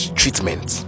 treatment